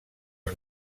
els